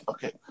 Okay